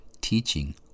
teaching